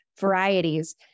varieties